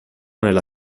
nella